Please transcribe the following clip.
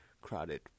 crowded